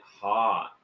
hot